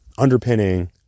underpinning